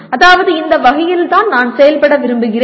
அதாவது இந்த வகையில்தான் நான் செயல்பட விரும்புகிறேன்